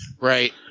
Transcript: Right